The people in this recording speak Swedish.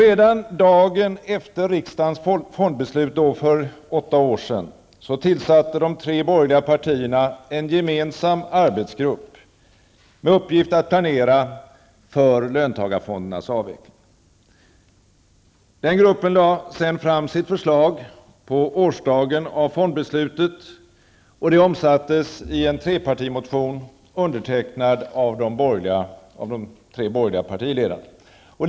Redan dagen efter riksdagens fondbeslut för åtta år sedan tillsatte de tre borgerliga partierna en gemensam arbetsgrupp med uppgift att planera för löntagarfondernas avveckling. Gruppen lade sedan fram sitt förslag på årsdagen av fondbeslutet, och det omsattes i en trepartimotion, undertecknad av de tre borgerliga partiledarna.